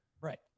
Right